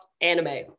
anime